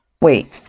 wait